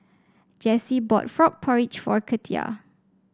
Jessi bought Frog Porridge for Katia